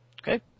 Okay